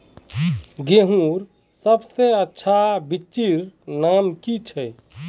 गेहूँर सबसे अच्छा बिच्चीर नाम की छे?